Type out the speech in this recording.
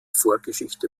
vorgeschichte